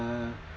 uh